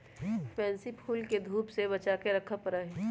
pansy फूल के धूप से बचा कर रखे पड़ा हई